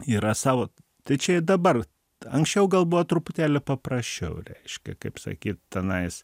yra savo tai čia i dabar anksčiau gal buvo truputėlį paprasčiau reiškia kaip sakyt tenais